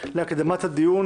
להקדמת הדיון